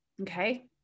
Okay